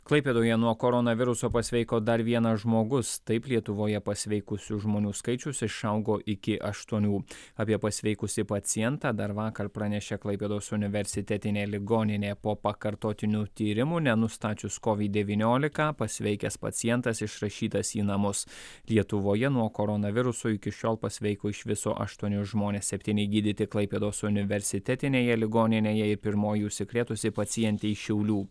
klaipėdoje nuo koronaviruso pasveiko dar vienas žmogus taip lietuvoje pasveikusių žmonių skaičius išaugo iki aštuonių apie pasveikusį pacientą dar vakar pranešė klaipėdos universitetinė ligoninė po pakartotinių tyrimų nenustačius covid devyniolika pasveikęs pacientas išrašytas į namus lietuvoje nuo koronaviruso iki šiol pasveiko iš viso aštuoni žmonės septyni gydyti klaipėdos universitetinėje ligoninėje ir pirmoji užsikrėtusi pacientė iš šiaulių